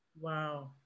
wow